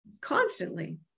constantly